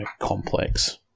complex